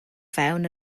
fewn